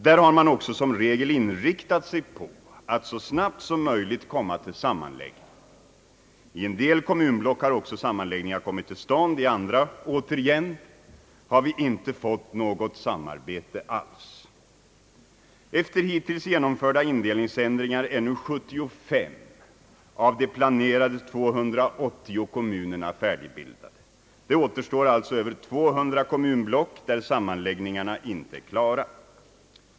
Där har man även som regel inriktat sig på att så snabbt som möjligt komma till sammanläggning. I en del kommunblock har också sammanläggningar kommit till stånd. I andra återigen har vi inte fått något samarbete alls. Efter hittills genomförda indelningsändringar är nu 75 av de planerade 280 kommunerna färdigbildade. Det återstår alltså över 200 kommunblock där sammanläggningarna inte är klara.